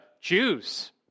Jews